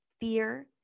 fear